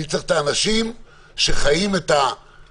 אני צריך את האנשים שחיים את הרגע,